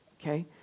Okay